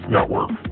Network